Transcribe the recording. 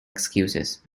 excuses